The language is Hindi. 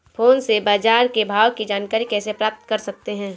फोन से बाजार के भाव की जानकारी कैसे प्राप्त कर सकते हैं?